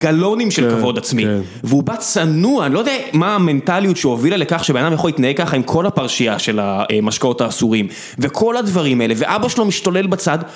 גלונים של כבוד עצמי, והוא בא צנוע, אני לא יודע מה המנטליות שהובילה לכך שבן אדם יכול להתנהג ככה עם כל הפרשייה של המשקאות האסורים וכל הדברים האלה, ואבא שלו משתולל בצד